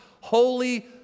holy